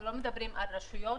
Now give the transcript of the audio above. אנחנו לא מדברים על רשויות,